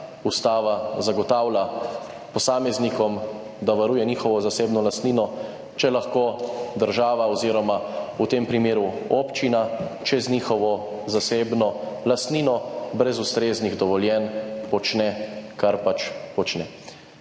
Ustava zagotavlja posameznikom, da varuje njihovo zasebno lastnino, če lahko država oziroma v tem primeru občina, če z njihovo zasebno lastnino brez ustreznih dovoljenj počne, kar pač počne.